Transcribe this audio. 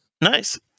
Nice